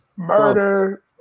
Murder